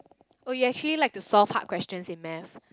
oh you actually like to solve hard questions in math